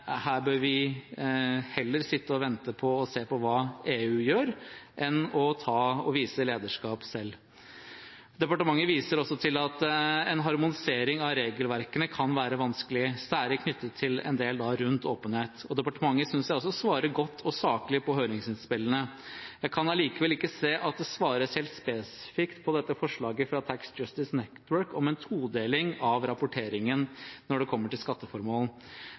her bør vi heller sitte og vente på hva EU gjør enn å vise lederskap selv. Departementet viser også til at en harmonisering av regelverkene kan være vanskelig, særlig knyttet til en del rundt åpenhet, og departementet synes jeg også svarer godt og saklig på høringsinnspillene. Men jeg kan likevel ikke se at de svarer spesifikt på forslaget fra Tax Justice Network om en todeling av rapporteringen når det kommer til skatteformål.